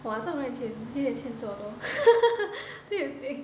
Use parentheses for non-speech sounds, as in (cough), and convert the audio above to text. !wah! 这个人很欠有点欠揍 hor (laughs) don't you think